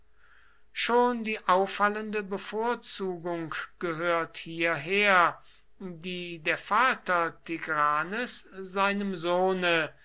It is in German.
schon die auffallende bevorzugung gehört hierher die der vater tigranes seinem sohne